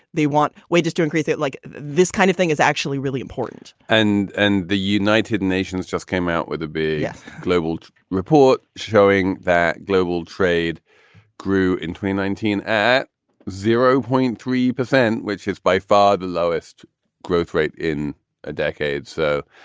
they want wages to increase it. like this kind of thing is actually really important and and the united nations just came out with a big global report showing that global trade grew in three nineteen at zero point three percent, which is by far the lowest growth rate in a decade. so,